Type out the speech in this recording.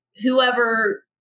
whoever